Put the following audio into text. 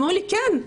הם אומרים לי: כן,